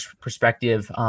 perspective